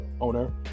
owner